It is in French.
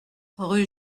rue